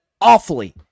awfully